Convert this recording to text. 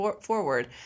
forward